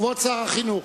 כבוד שר החינוך,